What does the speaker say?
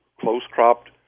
close-cropped